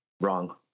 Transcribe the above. wrong